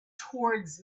towards